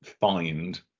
find